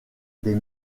des